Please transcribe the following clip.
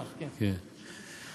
המס שלא שולם, אותו דבר.